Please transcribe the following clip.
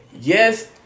Yes